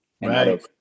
Right